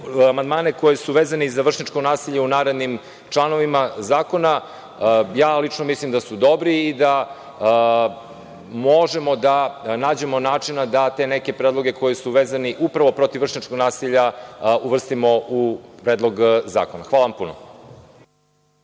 koji su vezani za vršnjačko nasilje u narednim članovima zakona. Lično mislim da su dobri i da možemo da nađemo načina da te neke predloge koji su vezani upravo protiv vršnjačkog nasilja uvrstimo u predlog zakona. Hvala vam puno.